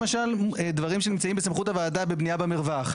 יש למשל דבירם שנמצאים בסמכות הוועדה בבנייה במרווח.